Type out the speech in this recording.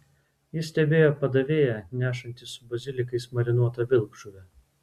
ji stebėjo padavėją nešantį su bazilikais marinuotą vilkžuvę